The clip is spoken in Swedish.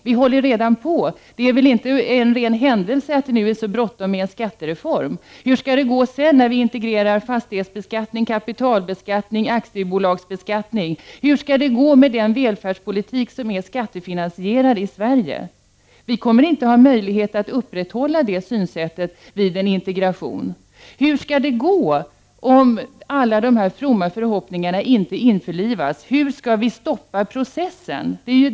Vi håller ju redan på med det, för det är väl inte en ren händelse att det nu är så bråttom med en skattereform. Men sedan när vi intregrerar fastighetsbeskattningen, kapitalbeskattningen och aktiebolagsbeskattningen, hur skall det då gå med den välfärdspolitik som är skattefinansierad i Sverige? Vi kommer inte att ha möjligheter att behålla vårt synsätt vid en integration. Hur skall det gå om alla dessa fromma förhoppningar inte införlivas? Hur skall vi stoppa processen?